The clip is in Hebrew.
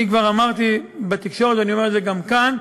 אני כבר אמרתי בתקשורת, ואני אומר את זה גם כאן: